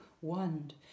wand